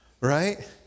right